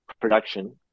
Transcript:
production